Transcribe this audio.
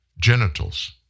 Genitals